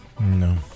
No